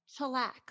Chillax